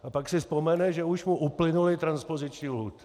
A pak si vzpomene, že už mu uplynuly transpoziční lhůty.